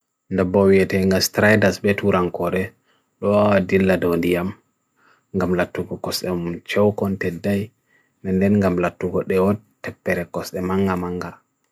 ndabaw yet enga stray das betura nkore lua dilla dow diyam ngam latu kukos emon chou kon tenday nnden gam latu kuk deot tepere kos emangamanga